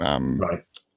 Right